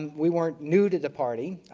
we weren't new to the party.